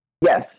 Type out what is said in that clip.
Yes